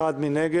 הצבעה בעד, 1 נגד,